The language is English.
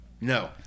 No